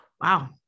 Wow